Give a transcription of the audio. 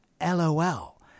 lol